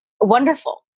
Wonderful